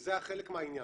וזה היה חלק מהעניין.